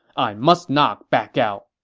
i must not back out.